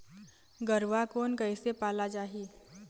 गरवा कोन कइसे पाला जाही?